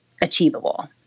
achievable